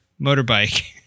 motorbike